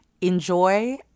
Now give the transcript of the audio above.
Enjoy